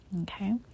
Okay